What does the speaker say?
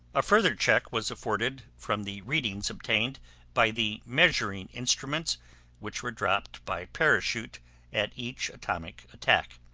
a further check was afforded from the readings obtained by the measuring instruments which were dropped by parachute at each atomic attack.